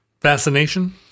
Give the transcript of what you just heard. fascination